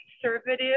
conservative